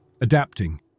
adapting